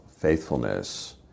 faithfulness